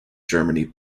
germany